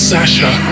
Sasha